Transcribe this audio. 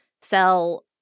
sell